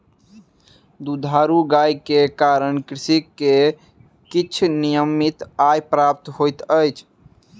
दुधारू गाय के कारण कृषक के किछ नियमित आय प्राप्त होइत अछि